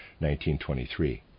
1923